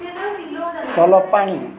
ଭଲ ପାଣି